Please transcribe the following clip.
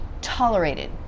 tolerated